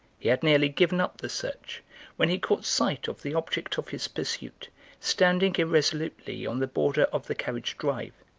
he had nearly given up the search when he caught sight of the object of his pursuit standing irresolutely on the border of the carriage drive,